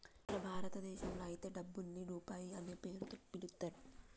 మన భారతదేశంలో అయితే డబ్బుని రూపాయి అనే పేరుతో పిలుత్తారు